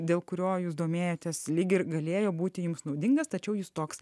dėl kurio jūs domėjotės lyg ir galėjo būti jums naudingas tačiau jis toks